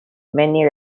many